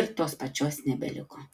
ir tos pačios nebeliko